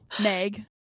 Meg